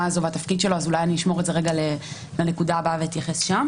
הזאת והתפקיד שלו ואולי אני אשמור את זה לנקודה הבאה ואז אתייחס לזה.